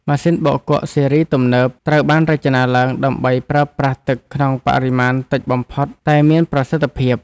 ម៉ាស៊ីនបោកគក់ស៊េរីទំនើបត្រូវបានរចនាឡើងដើម្បីប្រើប្រាស់ទឹកក្នុងបរិមាណតិចបំផុតតែមានប្រសិទ្ធភាព។